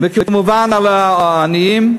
וכמובן על העניים,